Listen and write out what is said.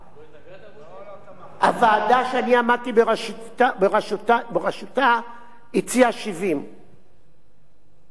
הוועדה שאני עמדתי בראשותה הציעה 70. ואז כל אחד שואל אותי: